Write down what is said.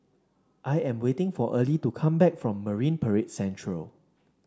I am waiting for Early to come back from Marine Parade Central